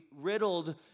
riddled